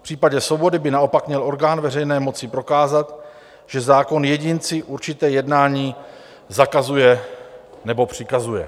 V případě svobody by naopak měl orgán veřejné moci prokázat, že zákon jedinci určité jednání zakazuje nebo přikazuje.